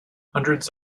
hundreds